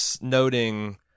noting